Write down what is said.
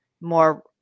more